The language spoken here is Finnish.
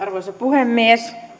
puhemies